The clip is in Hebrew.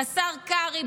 השר קרעי,